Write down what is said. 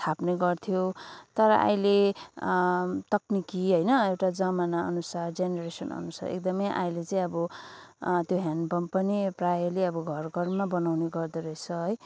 थाप्ने गर्थ्यो तर अहिले तक्निकी होइन एउटा जमानाअनुसार जेनरेसन अनुसार एकदमै अहिले चाहिँ अब त्यो ह्यान्ड पम्प पनि प्राय ले अब घरघरमा बनाउने गर्दोरहेछ है